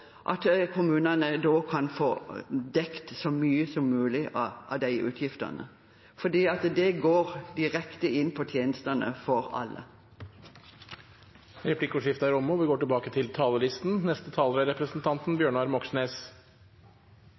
at kommunene da kan få dekket så mye som mulig av utgiftene, for det går direkte på tjenestene for alle. Replikkordskiftet er omme. Regjeringen liker å si at kommuneøkonomien er